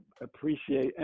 appreciate